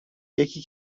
یکی